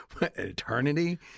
eternity